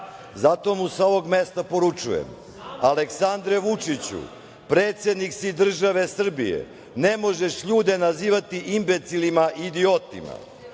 Zato mu sa ovog mesta poručujem: Aleksandre Vučiću, predsednik si države Srbije, ne možeš ljude nazivati imbecili, idiotima,